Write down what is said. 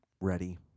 ready